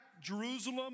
Jerusalem